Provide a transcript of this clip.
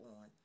on